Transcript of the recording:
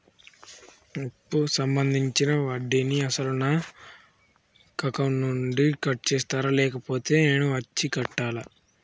అప్పు సంబంధించిన వడ్డీని అసలు నా బ్యాంక్ అకౌంట్ నుంచి కట్ చేస్తారా లేకపోతే నేను బ్యాంకు వచ్చి కట్టాలా?